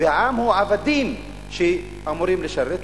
והעם הם העבדים שאמורים לשרת אותם.